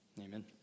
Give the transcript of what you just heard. Amen